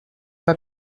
pas